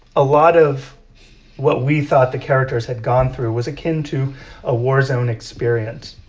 a lot of what we thought the characters had gone through was akin to a war zone experience,